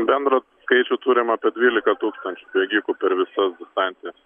bendrą skaičių turim apie dvylika tūkstančių bėgikų per visas distancijas